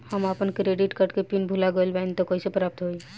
हम आपन credit card के पिन भुला गइल बानी त कइसे प्राप्त होई?